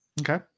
okay